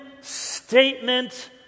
statement